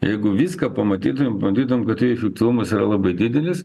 jeigu viską pamatyti bandytum kad jų efektyvumas yra labai didelis